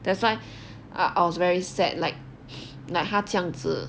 that's why I was very sad like 他这样子